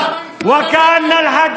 להלן תרגומם: ולכן אני אומר: